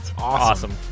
Awesome